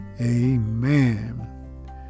Amen